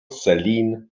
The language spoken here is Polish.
celine